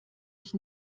ich